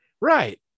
right